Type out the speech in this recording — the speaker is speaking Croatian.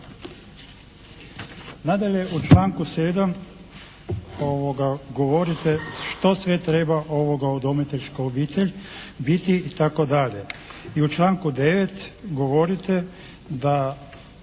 u članku 7. govorite što sve treba udomiteljska obitelj biti itd.